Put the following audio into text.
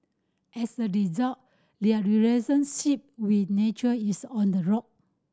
as a result their relationship with nature is on the rock